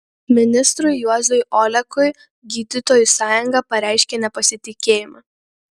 ministrui juozui olekui gydytojų sąjunga pareiškė nepasitikėjimą